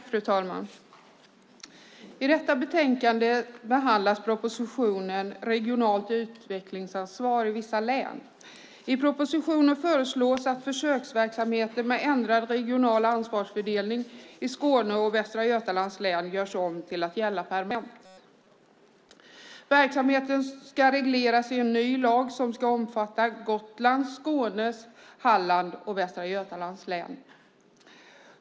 Fru talman! I detta betänkande behandlas propositionen Regionalt utvecklingsansvar i vissa län . I propositionen föreslås att försöksverksamheten med ändrad regional ansvarsfördelning i Skåne och Västra Götalands län görs om till att gälla permanent. Verksamheten ska regleras genom en ny lag som ska omfatta Gotlands, Skåne, Hallands och Västra Götalands län.